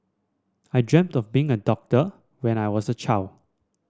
I dreamt of being a doctor when I was a child